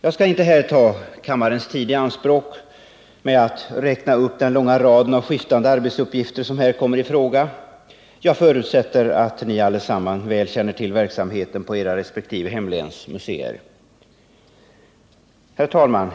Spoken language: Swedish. Jag skall inte ta kammarens tid i anspråk med att räkna upp den långa rad av skiftande arbetsuppgifter som här kommer i fråga — jag förutsätter att ni alla väl känner till verksamheten på era resp. hemläns museer. Herr talman!